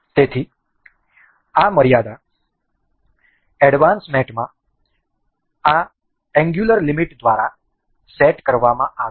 તેથી આ મર્યાદા એડવાન્સ મેટમાં આ એંગ્યુલર લિમિટ દ્વારા સેટ કરવામાં આવી છે